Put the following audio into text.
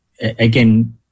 again